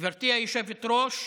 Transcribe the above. גברתי היושבת-ראש,